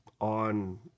on